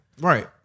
Right